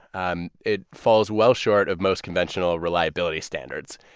um it falls well short of most conventional reliability standards,